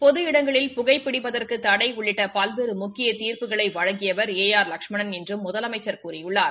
பொது இடங்களில் புகைப் பிடிப்பதற்கு தடை உள்ளிட்ட பல்வேறு முக்கிய தீா்ப்புகளை வழங்கியவர் ஏ ஆர் லஷ்மணன் என்றும் முதலமைச்சர் கூறியுள்ளார்